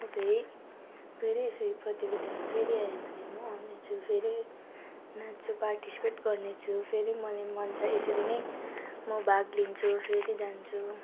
okay फेरि यसरी प्रतियोगिताहरू फेरि आयो भने म आउनेछु फेरि नाच्छु पार्टिसिपेट गर्नेछु फेरि मलाई मन छ यसरी नै म भाग लिन्छु फेरि जान्छु